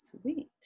Sweet